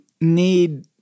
need